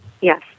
Yes